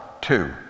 two